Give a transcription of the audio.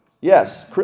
yes